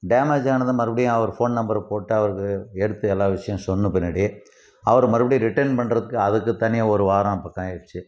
damage ஆனதும் மறுபடியும் அவர் ஃபோன் நம்பருக்கு போட்டு அவருக்கு எடுத்து எல்லா விஷயமும் சொன்ன பின்னாடி அவர் மறுபடியும் ரிட்டன் பண்ணுறதுக்கு அதுக்கு தனியாக ஒரு வாரம் பக்கம் ஆயிடுச்சு